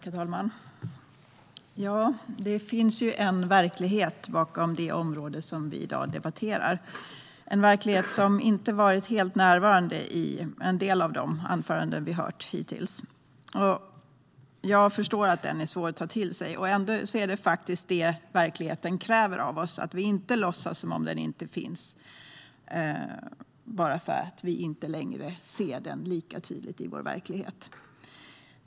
Herr talman! Det finns en verklighet bakom det område som vi i dag debatterar. Det är en verklighet som inte har varit helt närvarande i en del av de anföranden vi har hört hittills. Jag förstår att den är svår att ta till sig. Ändå är det detta verkligheten kräver av oss - att vi inte låtsas som om den inte finns bara för att vi inte längre ser den lika tydligt i vår egen verklighet.